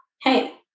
hey